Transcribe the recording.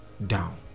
Down